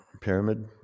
pyramid